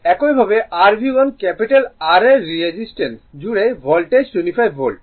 একইভাবে r V1 capital R এর resistance জুড়ে ভোল্টেজ 25 ভোল্ট